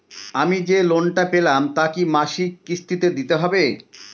আমি যে লোন টা পেলাম তা কি মাসিক কিস্তি তে দিতে হবে?